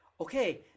Okay